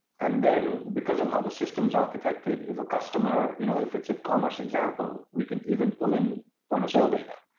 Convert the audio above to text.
and then because of how the system is architected, if a customer you know if it's a commerce example we can even pull in point of sale data